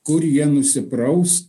kur jie nusipraus